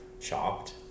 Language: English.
chopped